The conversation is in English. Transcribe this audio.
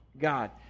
God